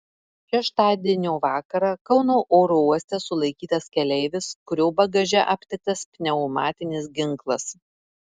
šeštadienio vakarą kauno oro uoste sulaikytas keleivis kurio bagaže aptiktas pneumatinis ginklas